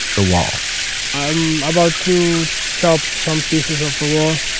the wall i'm about to chop some pieces off the wall